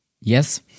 Yes